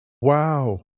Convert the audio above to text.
Wow